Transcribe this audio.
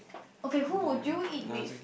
okay who would you eat with